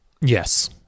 Yes